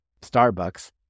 Starbucks